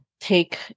take